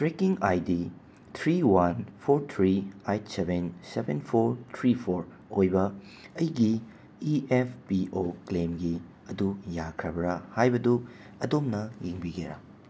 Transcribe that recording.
trekking I D three one four three eight seven seven four three four ꯑꯣꯏꯕ ꯑꯩꯒꯤ E F P O ꯀ꯭ꯂꯦꯝꯒꯤ ꯑꯗꯨ ꯌꯥꯈ꯭ꯔꯕ꯭ꯔꯥ ꯍꯥꯏꯕꯗꯨ ꯑꯗꯣꯝꯅ ꯌꯦꯡꯕꯤꯒꯦꯔꯥ